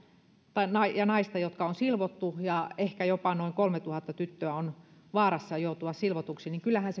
ja naista jotka on silvottu ja ehkä jopa noin kolmetuhatta tyttöä on vaarassa joutua silvotuksi niin kyllähän